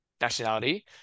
nationality